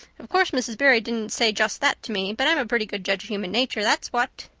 of course, mrs. barry didn't say just that to me, but i'm a pretty good judge of human nature, that's what.